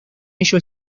ello